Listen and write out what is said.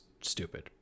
stupid